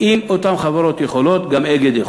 אם אותן חברות יכולות, גם "אגד" יכולה.